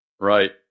Right